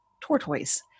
tortoise